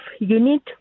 unit